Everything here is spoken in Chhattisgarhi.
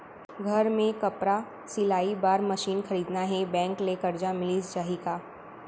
घर मे कपड़ा सिलाई बार मशीन खरीदना हे बैंक ले करजा मिलिस जाही का?